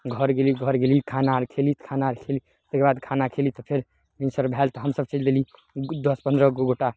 घर गेली घर गेली खाना आर खेली खाना आर खेली तैके बाद खाना आर खेली तऽ फेर भिनसर भेल तऽ हमसभ चलि देली दस पन्द्रह गो गोटा